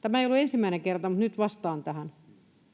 Tämä ei ollut ensimmäinen kerta, mutta nyt vastaan tähän: